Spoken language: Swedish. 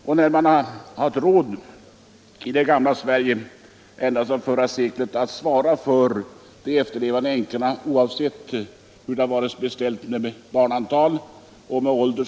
Vi har i det gamla Sverige ända sedan förra seklet haft råd att svara för de efterlevande änkorna oavsett hur det varit beställt med barn under 16 år och änkornas ålder.